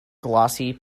glossy